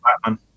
Batman